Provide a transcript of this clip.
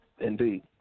Indeed